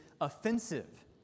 offensive